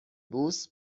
بوس